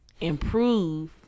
improve